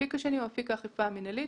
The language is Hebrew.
האפיק השני הוא אפיק האכיפה המינהלית,